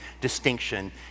distinction